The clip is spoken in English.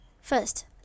First